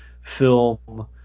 film